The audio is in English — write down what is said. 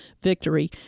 victory